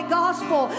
gospel